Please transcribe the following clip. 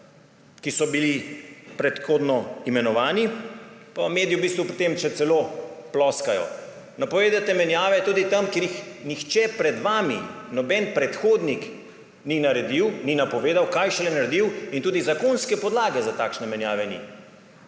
ki so bili predhodno imenovani, pa mediji v bistvu potem še celo ploskajo. Napovedujete menjave tudi tam, kjer jih nihče pred vami, nobeden predhodnik ni naredil, ni napovedal, kaj šele naredil in tudi zakonske podlage za takšne menjave ni.